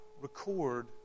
record